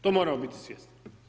To moramo biti svjesni.